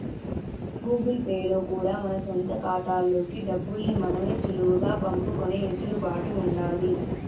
Google Pay లో కూడా మన సొంత కాతాల్లోకి డబ్బుల్ని మనమే సులువుగా పంపుకునే ఎసులుబాటు ఉండాది